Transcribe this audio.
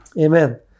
Amen